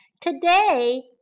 Today